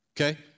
Okay